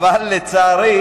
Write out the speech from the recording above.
זה השארנו למפלגת העבודה.